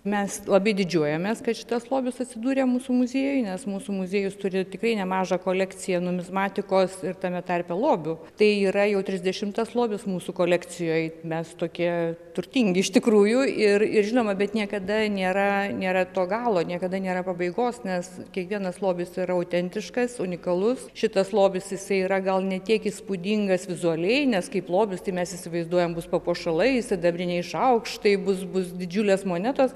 mes labai didžiuojamės kad šitas lobis atsidūrė mūsų muziejuj nes mūsų muziejus turi tikrai nemažą kolekciją numizmatikos ir tame tarpe lobių tai yra jau trisdešimtas lobis mūsų kolekcijoj mes tokie turtingi iš tikrųjų ir ir žinoma bet niekada nėra nėra to galo niekada nėra pabaigos nes kiekvienas lobis yra autentiškas unikalus šitas lobis jisai yra gal ne tiek įspūdingas vizualiai nes kaip lobius tai mes įsivaizduojam bus papuošalai sidabriniai šaukštai bus bus didžiulės monetos